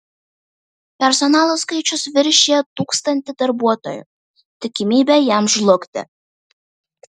personalo skaičius viršija tūkstanti darbuotojų tikimybė jam žlugti